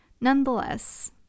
Nonetheless